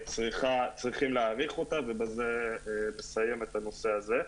צריכים להאריך אותה ובזה לסיים את הנושא הזה.